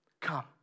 Come